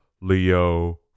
Leo